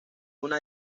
una